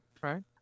right